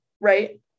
right